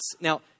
Now